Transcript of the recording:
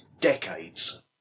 decades